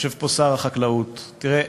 שיושב פה שר החקלאות: תראה,